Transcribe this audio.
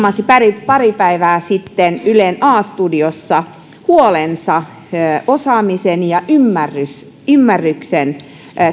ilkka niiniluoto ilmaisi pari päivää sitten ylen a studiossa huolensa osaamisen ja ymmärryksen ymmärryksen